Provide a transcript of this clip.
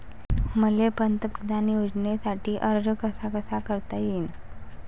मले पंतप्रधान योजनेसाठी अर्ज कसा कसा करता येईन?